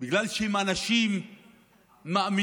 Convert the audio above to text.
בגלל שהם אנשים מאמינים,